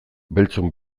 beltzon